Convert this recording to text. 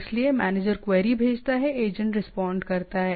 इसलिए manager query भेजता है एजेंट रिस्पांस करता है